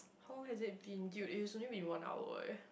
who has it been dude it's only been one hour eh